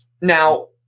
Now